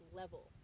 level